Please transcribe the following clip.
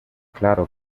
claro